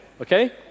Okay